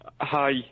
Hi